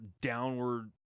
downward